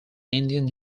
indian